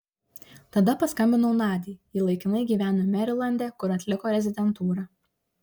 tada paskambinau nadiai ji laikinai gyveno merilande kur atliko rezidentūrą